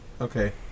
Okay